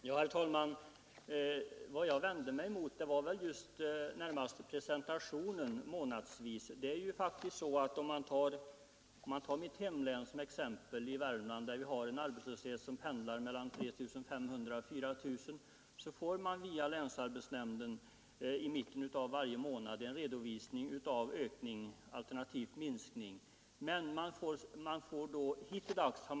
Herr talman! Vad jag vände mig mot var närmast att presentationen sker månadsvis. I mitt hemlän Värmland exempelvis pendlar arbetslöshetssiffran mellan 3 500 och 4000. Länsarbetsnämnden redovisar i Torsdagen den - 23 november 1972 arbete. Vi vet ändå att det sker vissa saker även på den positiva sidan.